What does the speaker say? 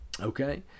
Okay